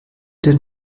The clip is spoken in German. denn